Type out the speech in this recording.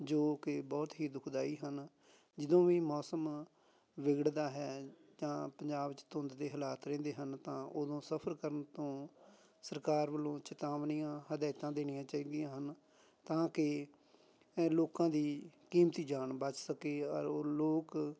ਜੋ ਕਿ ਬਹੁਤ ਹੀ ਦੁਖਦਾਈ ਹਨ ਜਦੋਂ ਵੀ ਮੌਸਮ ਵਿਗੜਦਾ ਹੈ ਜਾਂ ਪੰਜਾਬ 'ਚ ਧੁੰਦ ਦੇ ਹਾਲਾਤ ਰਹਿੰਦੇ ਹਨ ਤਾਂ ਉਦੋਂ ਸਫਰ ਕਰਨ ਤੋਂ ਸਰਕਾਰ ਵੱਲੋਂ ਚੇਤਾਵਨੀਆਂ ਹਦਾਇਤਾਂ ਦੇਣੀਆਂ ਚਾਹੀਦੀਆਂ ਹਨ ਤਾਂ ਕਿ ਲੋਕਾਂ ਦੀ ਕੀਮਤੀ ਜਾਨ ਬਚ ਸਕੇ ਔਰ ਉਹ ਲੋਕ